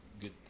good